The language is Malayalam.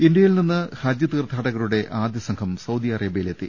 ഇന്ത്യയിൽ നിന്ന് ഹജ്ജ് തീർത്ഥാടകരുടെ ആദ്യ സംഘം സൌദി അറേബ്യയിലെത്തി